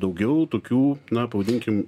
daugiau tokių na pavadinkim